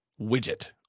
widget